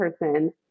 person